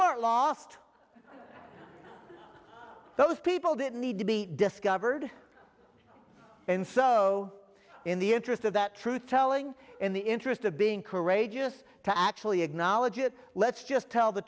were lost those people didn't need to be discovered and so in the interest of that truth telling in the interest of being courageous to actually acknowledge it let's just tell the